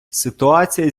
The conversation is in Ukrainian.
ситуація